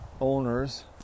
owners